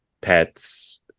pets